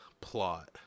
plot